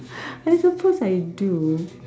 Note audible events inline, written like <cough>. <breath> I suppose I do